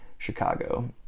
Chicago